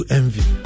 envy